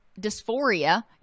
dysphoria